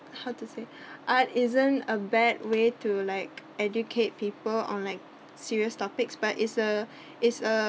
how to say art isn't a bad way to like educate people on like serious topics but is a is a